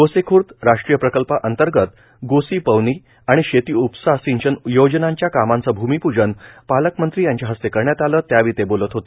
गोसीखर्द राष्ट्रीय प्रकल्पांतर्गत गोसी पवनी आणि शेतीउपसा सिंचन योजनांच्या कामाचं भूमिपूजन पालकमंत्री यांच्या हस्ते करण्यात आलंए त्यावेळी ते बोलत होते